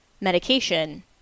medication